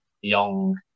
young